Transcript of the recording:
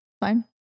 fine